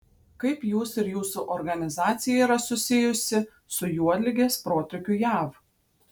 kaip jūs ir jūsų organizacija yra susijusi su juodligės protrūkiu jav